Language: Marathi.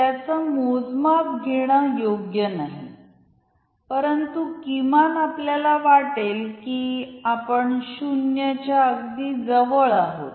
त्याचे मोजमाप घेण योग्य नाही परंतु किमान आपल्याला वाटेल की आपण 0 च्या अगदी जवळ आहोत